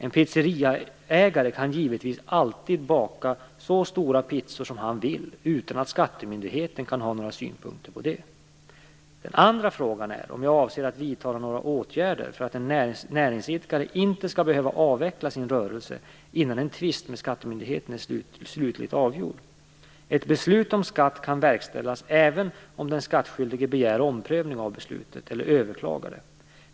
En pizzeriaägare kan givetvis alltid baka så stora pizzor som han vill utan att skattemyndigheten kan ha några synpunkter på detta. Den andra frågan är om jag avser att vidta några åtgärder för att en näringsidkare inte skall behöva avveckla sin rörelse innan en tvist med skattemyndigheten är slutligt avgjord. Ett beslut om skatt kan verkställas även om den skattskyldige begär omprövning av beslutet eller överklagar det.